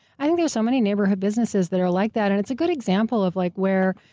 i think there's so many neighborhood businesses that are like that. and it's a good example of like where,